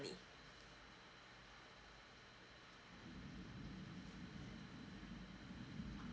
company